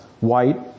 white